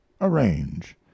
arrange